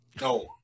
No